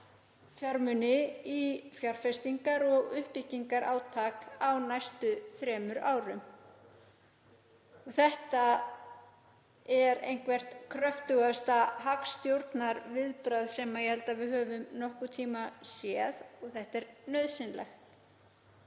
fjármuni í fjárfestingar- og uppbyggingarátak á næstu þremur árum. Þetta er eitthvert kröftugasta hagstjórnarviðbragð sem ég held að við höfum nokkurn tíma séð og þetta er nauðsynlegt.